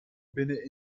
binnen